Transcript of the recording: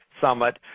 Summit